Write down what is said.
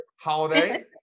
holiday